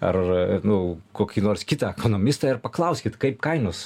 ar nu kokį nors kitą ekonomistą ir paklauskit kaip kainos